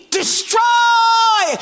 destroy